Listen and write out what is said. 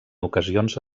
ocasions